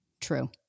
true